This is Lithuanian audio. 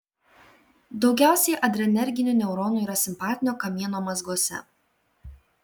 daugiausiai adrenerginių neuronų yra simpatinio kamieno mazguose